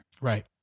Right